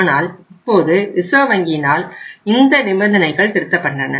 ஆனால் இப்போது ரிசர்வ் வங்கியினால் இந்த நிபந்தனைகள் திருத்தப்பட்டன